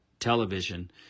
television